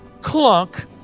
clunk